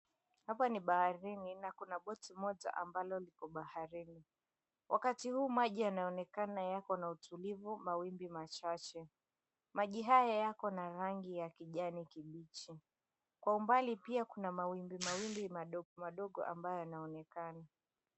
Hapa ni baharini na kuna boti moja ambalo liko baharini. Wakati huu maji yanaonekana yako na utulivu, mawimbi machache. Maji haya yako na rangi ya kijani kibichi. Kwa umbali pia kuna mawimbi mawimbi madogo madogo ambayo yanaonekana.